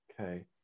Okay